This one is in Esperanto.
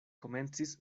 komencis